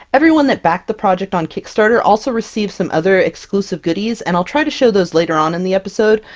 every one that backed the project on kickstarter also received some other exclusive goodies, and i'll try to show those later on in the episode,